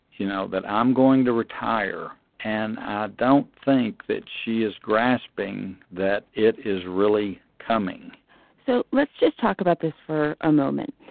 you know that i'm going to retire and don't think that she is grasping that it is really coming so let's just talk about this for a moment